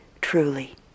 truly